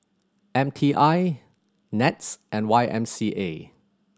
M T I NETS and Y M C A